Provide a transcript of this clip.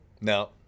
No